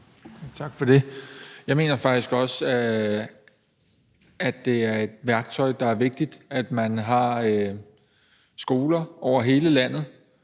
Tak for det. Jeg mener faktisk også, at det er et værktøj, der er vigtigt – at man har skoler over hele landet,